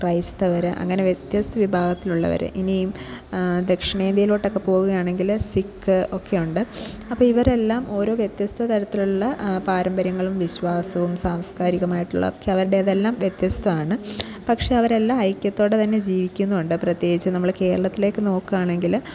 ക്രൈസ്തവർ അങ്ങനെ വ്യത്യസ്ത വിഭാഗത്തിലുള്ളവർ ഇനിയും ദക്ഷിണേന്ത്യയിലോട്ടൊക്കെ പോവുകയാണെങ്കില് സിക്ക് ഒക്കെയുണ്ട് അപ്പോൾ ഇവരെല്ലാം ഓരോ വ്യത്യസ്ത തരത്തിലുള്ള പാരമ്പര്യങ്ങളും വിശ്വാസവും സാംസ്കാരികമായിട്ടുള്ള ഒക്കെ അവരുടേതെല്ലാം വ്യത്യസ്തമാണ് പക്ഷേ അവരെല്ലാം ഐക്യത്തോടെ തന്നെ ജീവിക്കുന്നുമുണ്ട് പ്രത്യേകിച്ച് നമ്മൾ കേരളത്തിലേക്ക് നോക്കുകയാണെങ്കിൽ